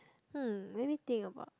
hmm let me think about